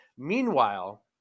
Meanwhile